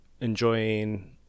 enjoying